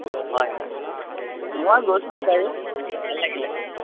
হয় হয় মই গৈছিলোঁ বাৰু ভাল লাগিলে